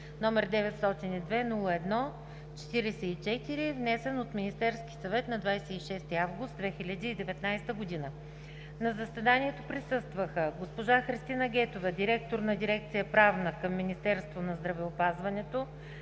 № 902-01-44, внесен от Министерския съвет на 26 август 2019 г. На заседанието присъстваха: госпожа Христина Гетова – директор на дирекция „Правна“ към Министерството на здравеопазването,